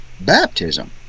baptism